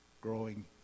growing